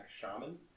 Shaman